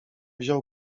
wziął